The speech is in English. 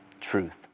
truth